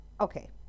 Okay